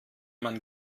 man